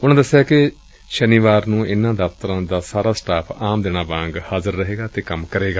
ਉਨਾਂ ਦੱਸਿਆ ਕਿ ਸ਼ਨੀਵਾਰ ਨੂੰ ਇਨਾਂ ਦਫਤਰਾਂ ਦਾ ਸਾਰਾ ਸਟਾਫ ਆਮ ਦਿਨਾਂ ਵਾਂਗ ਹਾਜ਼ਰ ਰਹੇਗਾ ਅਤੇ ਕੰਮ ਕਰੇਗਾ